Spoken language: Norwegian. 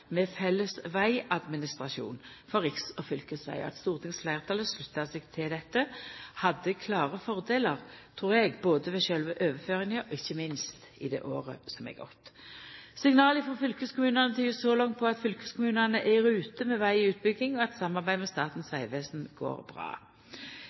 med felles vegadministrasjon for riks- og fylkesveg, og at stortingsfleirtalet slutta seg til dette, hadde klare fordelar, trur eg, ved sjølve overføringa og ikkje minst i det året som har gått. Signal frå fylkeskommunane tyder så langt på at fylkeskommunane er i rute med vegutbygginga, og at samarbeidet med Statens